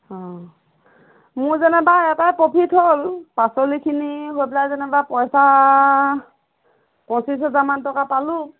অঁ মোৰ যেনিবা এটাই প্ৰফিট হ'ল পাচলিখিনি হৈ পেলাই যেনিবা পইচা পঁচিছ হেজাৰমান টকা পালোঁ